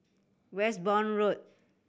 Westbourne Road